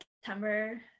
September